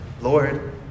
Lord